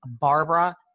Barbara